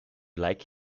like